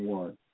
one